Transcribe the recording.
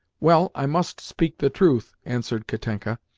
well, i must speak the truth, answered katenka,